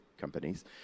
companies